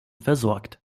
versorgt